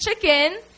chicken